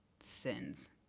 Sins